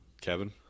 Kevin